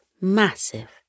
massive